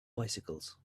bicycles